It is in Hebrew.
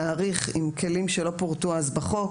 להעריך עם כלי שלא פורטו אז בחוק,